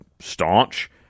staunch